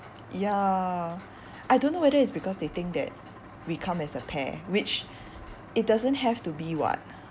ya I don't know whether it's because they think that we come as a pair which it doesn't have to be [what]